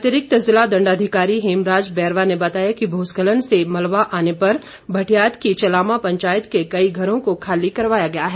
अतिरिक्त ज़िला दण्डाधिकारी हेमराज बैरवा ने बताया कि भूस्खलन से मलबा आने पर भटियात की चलामा पंचायत के कई घरों को खाली करवाया गया है